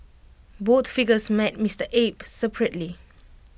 both figures met Mister Abe separately